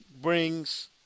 brings